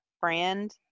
brand